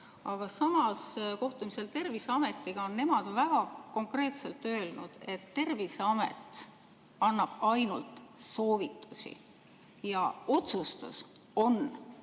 Aga samas, kohtumisel on Terviseamet väga konkreetselt öelnud, et Terviseamet annab ainult soovitusi ja otsustus on